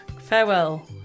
Farewell